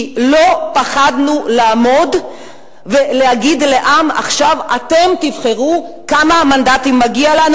כי לא פחדנו לעמוד ולהגיד לעם: עכשיו אתם תבחרו כמה מנדטים מגיע לנו,